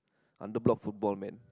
under block football man